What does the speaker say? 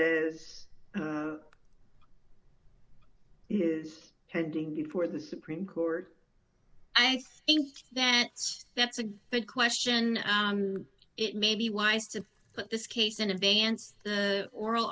is pending before the supreme court i think that that's a good question it may be wise to put this case in advance the oral